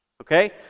Okay